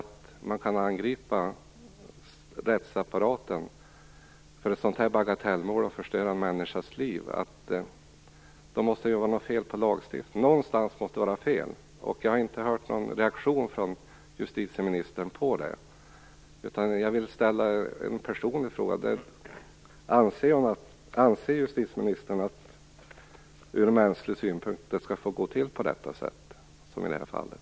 Om man kan angripa rättsapparaten och förstöra en människas liv för ett sådant här bagatellmål måste det vara något fel på lagstiftningen. Någonstans måste det vara fel. Jag har inte hört någon reaktion från justitieministern på detta. Jag vill ställa en personlig fråga. Anser justitieministern att det skall få gå till som i detta fall, ur mänsklig synpunkt?